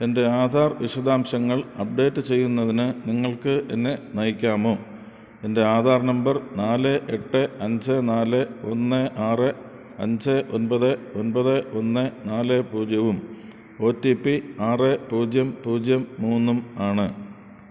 എൻ്റെ ആധാർ വിശദാംശങ്ങൾ അപ്ഡേറ്റ് ചെയ്യുന്നതിന് നിങ്ങൾക്ക് എന്നെ നയിക്കാമോ എൻ്റെ ആധാർ നമ്പർ നാല് എട്ട് അഞ്ച് നാല് ഒന്ന് ആറ് അഞ്ച് ഒമ്പത് ഒമ്പത് ഒന്ന് നാല് പൂജ്യവും ഒ ടി പി ആറ് പൂജ്യം പൂജ്യം മൂന്നും ആണ്